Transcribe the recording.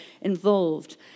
involved